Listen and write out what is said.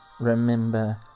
remember